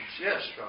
Yes